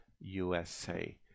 USA